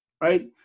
Right